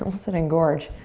almost said, engorge.